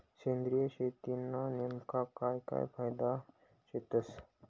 सेंद्रिय शेतीना नेमका काय काय फायदा शेतस?